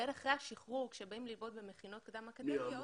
והן אחרי השחרור כשבאים ללמוד במכינות קדם אקדמאיות